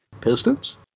pistons